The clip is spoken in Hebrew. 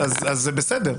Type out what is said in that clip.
אם זה לא שיקול זר, אז זה בסדר.